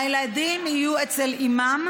הילדים יהיו אצל אימם,